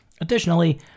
Additionally